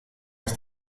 ist